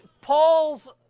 Paul's